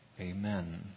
Amen